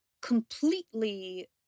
completely